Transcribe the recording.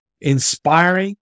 inspiring